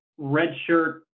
redshirt